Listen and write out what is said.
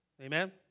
Amen